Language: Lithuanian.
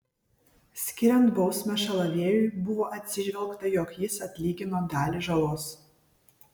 skiriant bausmę šalaviejui buvo atsižvelgta jog jis atlygino dalį žalos